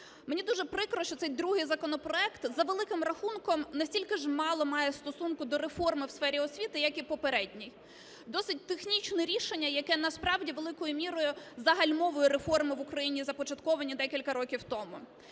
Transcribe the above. Мені дуже прикро, що цей другий законопроект, за великим рахунком, настільки ж мало має стосунку до реформи в сфері освіти, як і попередній. Досить технічне рішення, яке насправді великою мірою загальмовує реформи в Україні, започатковані декілька років тому.